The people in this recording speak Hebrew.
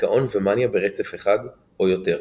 דיכאון ומאניה ברצף אחד או יותר.